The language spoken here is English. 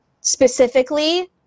specifically